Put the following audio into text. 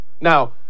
Now